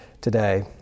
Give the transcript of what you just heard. today